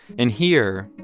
and here,